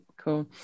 cool